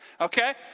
okay